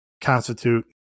constitute